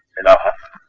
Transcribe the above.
enough,